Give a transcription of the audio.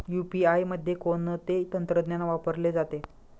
UPI मध्ये कोणते तंत्रज्ञान वापरले जाते?